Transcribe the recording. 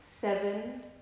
seven